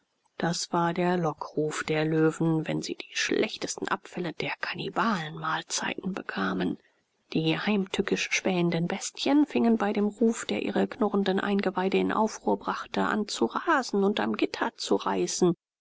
das war der lockruf der löwen wenn sie die schlechtesten abfälle der kannibalenmahlzeiten bekamen die heimtückisch spähenden bestien fingen bei dem ruf der ihre knurrenden eingeweide in aufruhr brachte an zu rasen und am gitter zu reißen